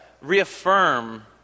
reaffirm